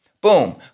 Boom